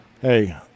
Hey